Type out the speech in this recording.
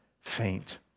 faint